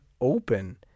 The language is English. open